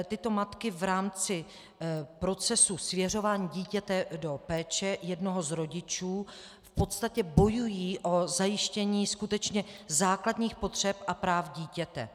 Tyto matky v rámci procesu svěřování dítěte do péče jednoho z rodičů v podstatě bojují o zajištění skutečně základních potřeb a práv dítěte.